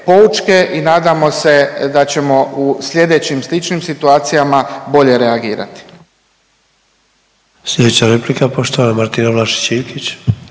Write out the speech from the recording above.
i nadamo se da ćemo u sljedećim sličnim situacijama bolje reagirati.